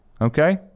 okay